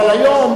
אבל היום